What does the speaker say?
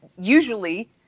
usually